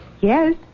Yes